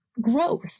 growth